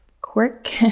quirk